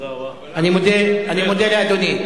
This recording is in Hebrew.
אני מודה לאדוני.